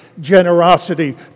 generosity